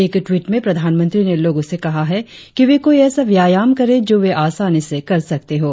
एक ट्वीट में प्रधानमंत्री ने लोगों से कहा है कि वे कोई ऐसा व्यायाम करें जो वे आसानी से कर सकते हों